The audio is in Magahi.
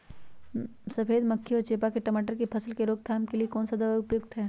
सफेद मक्खी व चेपा की टमाटर की फसल में रोकथाम के लिए कौन सा दवा उपयुक्त है?